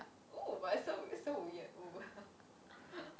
oh but it's so it's so weird oh